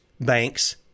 Banks